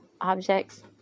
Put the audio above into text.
Objects